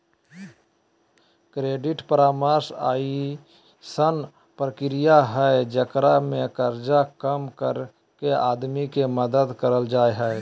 credit परामर्श अइसन प्रक्रिया हइ जेकरा में कर्जा कम करके आदमी के मदद करल जा हइ